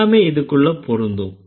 எல்லாமே இதுக்குள்ள பொருந்தும்